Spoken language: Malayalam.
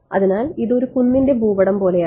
അതിനാൽ ഇത് ഒരു കുന്നിന്റെ ഭൂപടം പോലെയാണ്